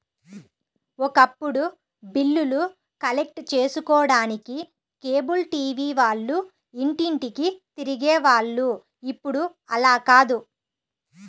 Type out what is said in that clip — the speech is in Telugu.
ఒకప్పుడు బిల్లులు కలెక్ట్ చేసుకోడానికి కేబుల్ టీవీ వాళ్ళు ఇంటింటికీ తిరిగే వాళ్ళు ఇప్పుడు అలా కాదు